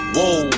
Whoa